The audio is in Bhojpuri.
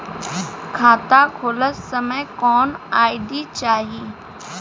खाता खोलत समय कौन आई.डी चाही?